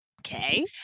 Okay